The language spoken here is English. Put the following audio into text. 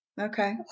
Okay